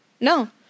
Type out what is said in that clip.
No